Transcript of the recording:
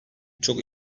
çok